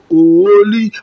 Holy